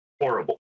horrible